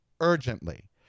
urgently